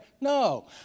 No